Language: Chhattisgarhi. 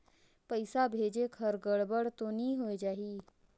पइसा भेजेक हर गड़बड़ तो नि होए जाही?